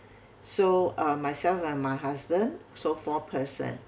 so uh myself and my husband so four person